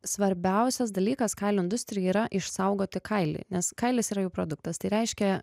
svarbiausias dalykas kalio industrijai yra išsaugoti kailį nes kailis yra jų produktas tai reiškia